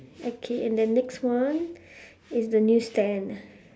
okay and the next one is the news stand